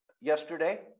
yesterday